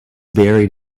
buried